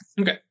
Okay